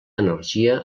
energia